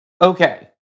Okay